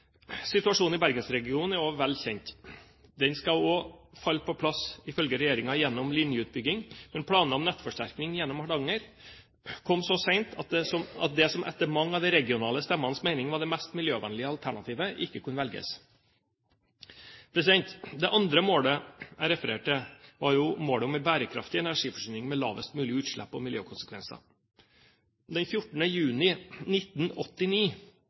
Situasjonen i Bergensregionen er også vel kjent. Den skal også falle på plass ifølge regjeringen gjennom linjeutbygging, men planer om nettforsterking gjennom Hardanger kom så sent at det som etter mange av de regionale stemmenes mening var det mest miljøvennlige alternativet, ikke kunne velges. Det andre målet jeg refererte til, var målet om en bærekraftig energiforsyning med lavest mulig utslipp og miljøkonsekvenser. Den 14. juni 1989